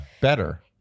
better